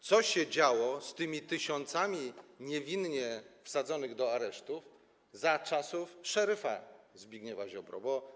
Co się działo z tymi tysiącami niewinnie wsadzonych do aresztów za czasów szeryfa Zbigniewa Ziobry?